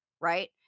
right